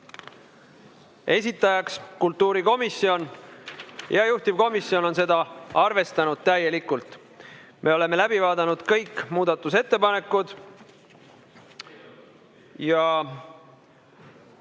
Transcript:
esitajaks kultuurikomisjon ja juhtivkomisjon on seda arvestanud täielikult. Me oleme läbi vaadanud kõik muudatusettepanekud.